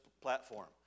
platform